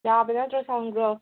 ꯌꯥꯕ꯭ꯔꯥ ꯅꯠꯇ꯭ꯔꯒ ꯁꯪꯕ꯭ꯔꯣ